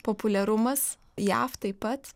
populiarumas jav taip pat